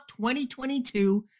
2022